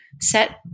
set